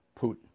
Putin